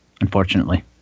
unfortunately